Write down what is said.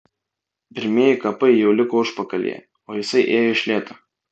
pirmieji kapai jau liko užpakalyje o jisai ėjo iš lėto